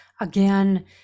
again